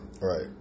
right